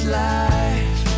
life